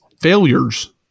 failures